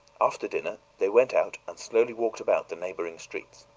after dinner they went out and slowly walked about the neighboring streets.